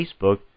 Facebook